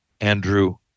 Andrew